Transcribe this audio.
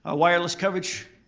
ah wireless coverage,